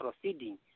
proceeding